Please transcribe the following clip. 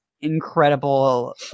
incredible